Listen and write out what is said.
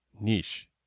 Niche